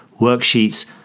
worksheets